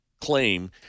claim